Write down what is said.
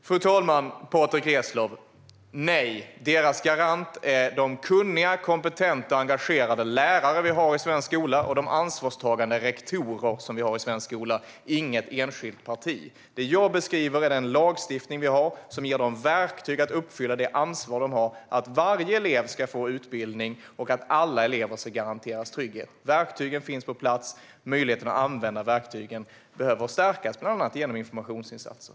Fru talman! Nej, Patrick Reslow, deras garant är de kunniga, kompetenta och engagerade lärare vi har i svensk skola och de ansvarstagande rektorerna i svensk skola - inte något enskilt parti. Det jag beskriver är den lagstiftning vi har, som ger dem verktyg att uppfylla det ansvar de har för att varje elev ska få utbildning och att alla elever ska garanteras trygghet. Verktygen finns på plats. Möjligheten att använda verktygen behöver stärkas, bland annat genom informationsinsatser.